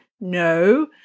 No